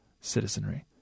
citizenry